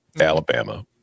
Alabama